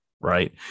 right